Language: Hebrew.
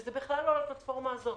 שזה בכלל לא לפלטפורמה הזאת.